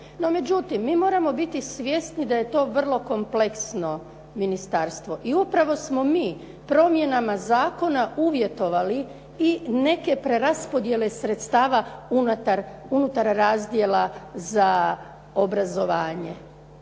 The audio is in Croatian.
međutim, mi moramo biti svjesni da je to vrlo kompleksno ministarstvo i upravo smo mi promjenama zakona uvjetovali i neke preraspodjele sredstava unutar razdjela za obrazovanje.